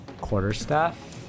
Quarterstaff